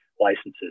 licenses